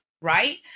right